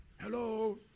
Hello